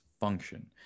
function